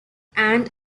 and